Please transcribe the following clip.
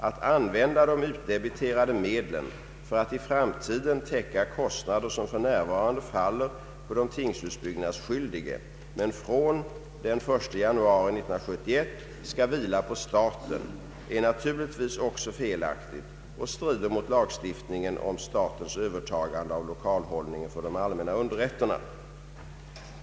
Att använda de utdebiterade medlen för att i framtiden täcka kostnader, som f.n. faller på de tingshusbyggnadsskyldige men från den 1 januari 1971 skall vila på staten, är naturligtvis också felaktigt och strider mot lagstiftningen om statens övertagande av lokalhållningen för de allmänna underrätterna.